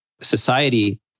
society